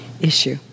issue